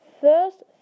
first